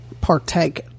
partake